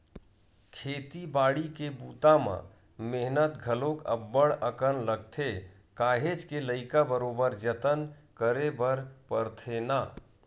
खेती बाड़ी के बूता म मेहनत घलोक अब्ब्ड़ अकन लगथे काहेच के लइका बरोबर जतन करे बर परथे ना